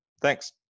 Thanks